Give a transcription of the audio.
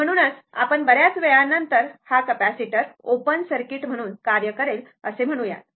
म्हणूनच आपण बऱ्याच वेळा नंतर हा कपॅसिटर ओपन सर्किट म्हणून कार्य करेल असे म्हणूयात